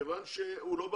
מכיוון שהוא לא ברשימה,